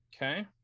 Okay